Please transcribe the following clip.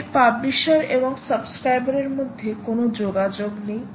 এর পাবলিশার এবং সাবস্ক্রাইবার এর মধ্যে কোন যোগাযোগ নেই